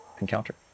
encounter